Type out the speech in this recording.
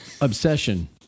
obsession